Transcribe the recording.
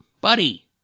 Buddy